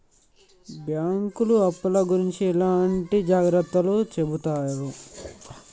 బ్యాంకులు అప్పుల గురించి ఎట్లాంటి జాగ్రత్తలు చెబుతరు?